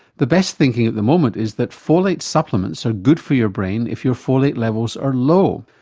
the best thinking at the moment is that folate supplements are good for your brain if your folate levels are low.